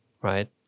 Right